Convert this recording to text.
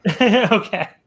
okay